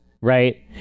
right